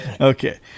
okay